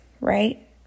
right